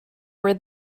were